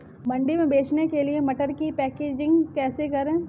मंडी में बेचने के लिए मटर की पैकेजिंग कैसे करें?